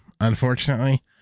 unfortunately